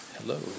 Hello